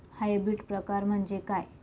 Hybrid प्रकार म्हणजे काय?